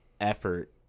effort